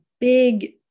big